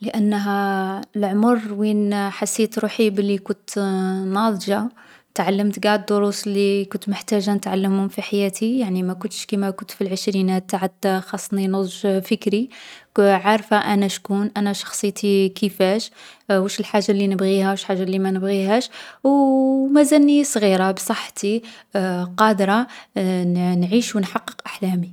لأنها لعمر وين حسيت روحي بلي كت ناضجة. تعلّمت قاع الدروس لي كت محتاجة نتعلمهم في حياتي يعني ما كنتش كيما كت في العشرينات، عاد خصني نضج فكري. كـ عارفة أنا شكون. أنا شخصيتي كيفاش. واش الحاجة لي نبغيها، واش الحاجة لي ما نبغيهاش. او و مازالني صغيرة، بصحتي قادرة نـ نعيش و نحقق أحلامي.